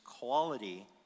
quality